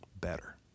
better